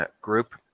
group